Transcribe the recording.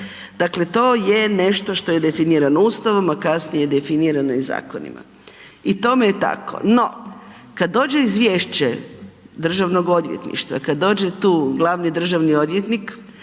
Dakle to je nešto što je definirano Ustavom a kasnije je definirano i zakonima i tome je tako. No kad dođe izvješće Državnog odvjetništva, kad dođe tu glavni državni odvjetnik